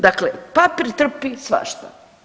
Dakle, papir trpi svašta.